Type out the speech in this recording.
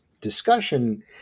discussion